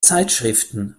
zeitschriften